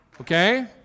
Okay